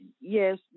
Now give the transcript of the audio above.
yes